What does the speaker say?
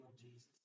Jesus